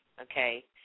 okay